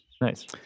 Nice